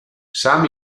sam